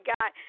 God